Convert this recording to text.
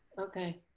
okay.